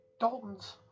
Dalton's